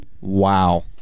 Wow